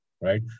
right